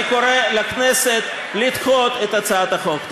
אני קורא לכנסת לדחות את הצעת החוק.